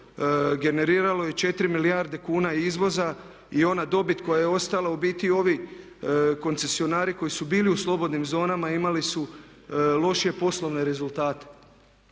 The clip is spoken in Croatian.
generiralo 4 milijarde kuna izvoza i ona dobit koja je ostala u biti i ovi koncesionari koji su bili u slobodnim zonama imali su lošije poslovne rezultate.